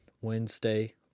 Wednesday